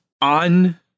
on